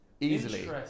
Easily